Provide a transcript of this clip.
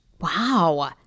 Wow